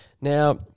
Now